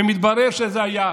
ומתברר שזה היה,